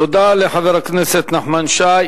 תודה לחבר הכנסת נחמן שי.